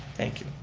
thank you.